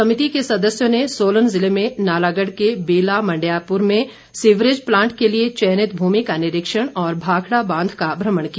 समिति के सदस्यों ने सोलन जिले में नालागढ़ के बेला मंडयारपुर में सीवरेज प्लांट के लिए चयनित भूमि का निरीक्षण और भाखड़ा बांध का भ्रमण किया